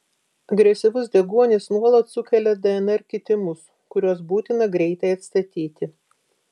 agresyvus deguonis nuolat sukelia dnr kitimus kuriuos būtina greitai atstatyti